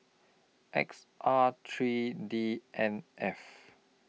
X R three D N F